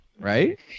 right